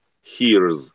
hears